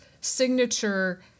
signature